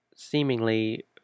Seemingly